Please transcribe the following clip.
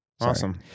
Awesome